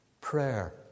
Prayer